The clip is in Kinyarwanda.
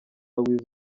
weasel